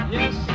Yes